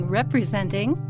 representing